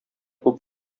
күп